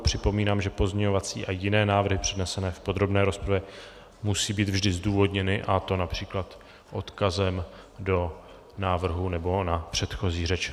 Připomínám, že pozměňovací a jiné návrhy přednesené v podrobné rozpravě musí být vždy zdůvodněné, a to např. odkazem do návrhu nebo na předchozí řeč.